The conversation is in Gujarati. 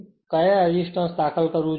કયા રેઝિસ્ટન્સ દાખલ કરવું જોઈએ